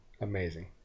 Amazing